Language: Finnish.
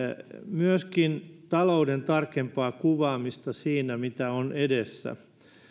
myöskin olisin odottanut talouden tarkempaa kuvaamista siinä mitä on edessä